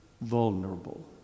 vulnerable